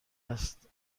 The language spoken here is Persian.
است